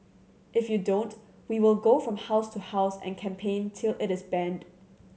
if you don't we will go from house to house and campaign till it is banned